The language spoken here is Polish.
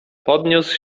podniósł